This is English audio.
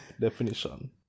definition